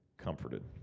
Comforted